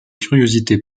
curiosités